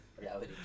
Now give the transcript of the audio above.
Reality